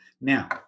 Now